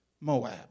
Moab